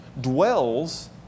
dwells